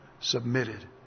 submitted